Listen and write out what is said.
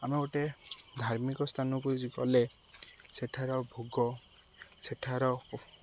ଆମେ ଗୋଟେ ଧାର୍ମିକ ସ୍ଥାନକୁ ଗଲେ ସେଠାର ଭୋଗ ସେଠାର